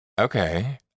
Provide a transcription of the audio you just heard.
okay